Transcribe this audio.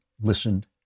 listened